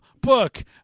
Book